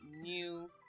new